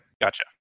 Gotcha